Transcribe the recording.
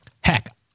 Heck